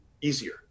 easier